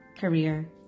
career